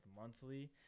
monthly